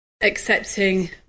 Accepting